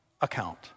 account